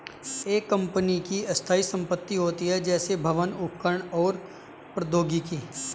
एक कंपनी की स्थायी संपत्ति होती हैं, जैसे भवन, उपकरण और प्रौद्योगिकी